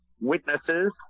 witnesses